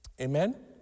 Amen